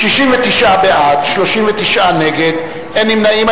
69 בעד, 39 נגד, אין נמנעים.